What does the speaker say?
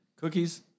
Cookies